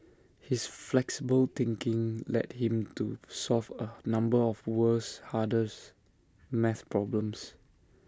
his flexible thinking led him to solve A number of world's hardest math problems